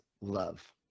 love